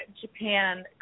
Japan